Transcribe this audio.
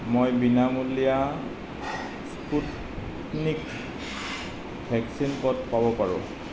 মই বিনামূলীয়া Sputnik vaccine ক'ত পাব পাৰোঁ